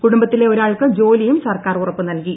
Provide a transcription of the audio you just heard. കുടുംബത്തിലെ ഒരാൾക്ക് ജോലിയും സർക്കാർ ഉറപ്പു നല്കി